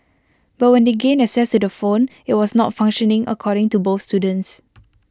but when they gained access to the phone IT was not functioning according to both students